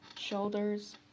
shoulders